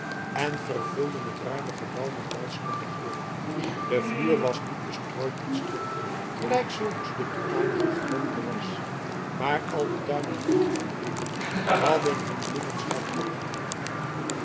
en vervulden het ruime gebouw met balsemende geuren de vloer was niet bestrooid met stroo gelijk zulks de toenmalige gewoonte was maar al de tuinen rondom haarlem hadden hun bloemenschat opgeleverd